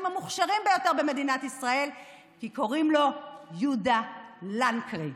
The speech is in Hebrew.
המוכשרים ביותר במדינת ישראל כי קוראים לו יהודה לנקרי.